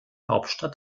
hauptstadt